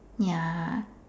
ya